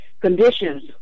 conditions